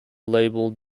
labeled